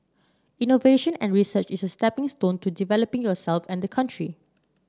innovation and research is a stepping stone to developing yourself and the country